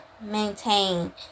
maintain